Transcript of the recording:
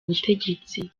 butegetsi